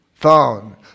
phone